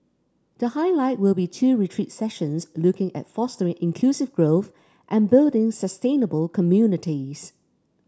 the highlight will be two retreat sessions looking at fostering inclusive growth and building sustainable communities